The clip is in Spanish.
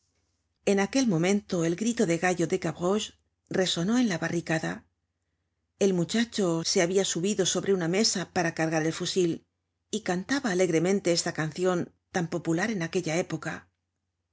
en aquel momento el grito de gallo de gavroche resonó en la barricada el muchacho se habia subido sobre una mesa para cargar el fusil y cantaba alegremente esta cancion tan popular en aquella época